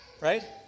right